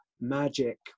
magic